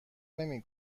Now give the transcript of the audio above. نمی